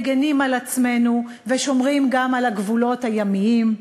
מגינים על עצמנו ושומרים גם על הגבולות הימיים.